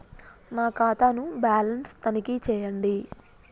నా ఖాతా ను బ్యాలన్స్ తనిఖీ చేయండి?